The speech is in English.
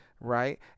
right